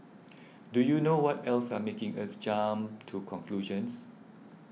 do you know what else are making us jump to conclusions